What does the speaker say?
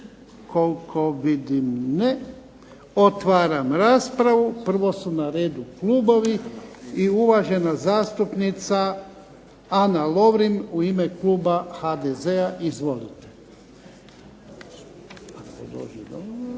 Koliko vidim ne. Otvaram raspravu. Prvo su na redu klubovi. I uvažena zastupnica Ana Lovrin u ime kluba HDZ-a. Izvolite.